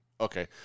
Okay